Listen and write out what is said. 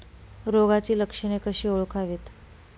रोगाची लक्षणे कशी ओळखावीत?